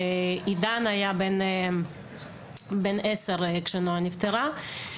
עידן היה בן עשר כשנועה נפטרה.